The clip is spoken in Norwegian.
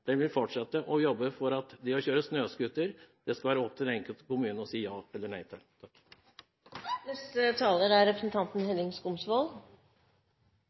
den som kommer etter meg på Stortinget, vil fortsette å jobbe for at det å kjøre snøscooter skal det være opp til den enkelte kommune å si ja eller nei til.